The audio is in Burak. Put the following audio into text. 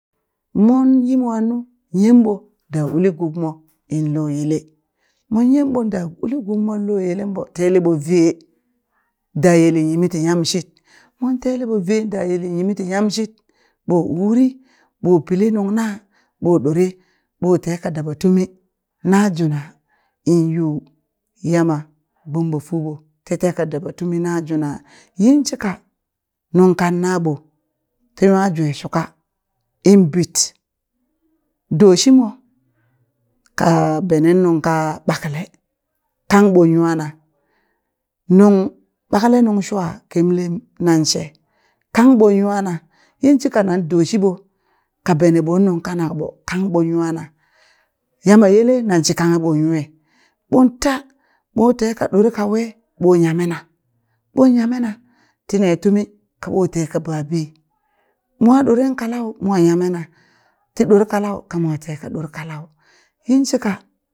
Monyi mwannu yemɓo da uli gubmo in loyele mon yemɓo da uli gubmon lo yelen ɓo teleɓo vee da yele yimiti yamshit mon teleɓo vee da yele yimiti yamshit ɓo wuri ɓo pili nung na ɓo ɗore ɓo teka daba tumi na juna in yuu Yamma gbom ɓo fuɓo titeka daba tumi najuna yin shika nung kan naɓo ti nwa jwe shuka in bit do shimo ka benen nungka ɓakale kangɓo nwana nung ɓakale nung shwa kemlem nan she kangɓo nwana yinshika na ɗo shiɓo ka beneɓon nungka nakɓo kangɓon nwana Yamma yele nanshi kanghe ɓon nwe ɓon ta ɓo teka ɗore ka we ɓo nyamena, ɓon yamena tine tumi kaɓo take babi mwa ɗoren kalau mo yame na ti ɗore kalau kamo teka ɗore kalau yinshika